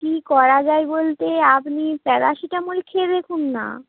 কী করা যায় বলতে আপনি প্যারাসিটামল খেয়ে দেখুন না